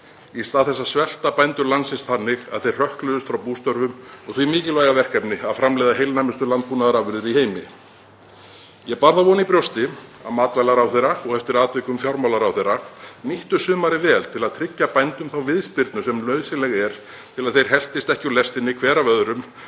í stað þess að svelta bændur landsins þannig að þeir hrökklist úr bústörfum og því mikilvæga verkefni að framleiða heilnæmustu landbúnaðarafurðir í heimi.“ Ég bar þá von í brjósti að matvælaráðherra og eftir atvikum fjármálaráðherra nýttu sumarið vel til að tryggja bændum þá viðspyrnu sem nauðsynleg er til að þeir heltist ekki úr lestinni hver af öðrum,